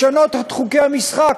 לשנות את חוקי המשחק,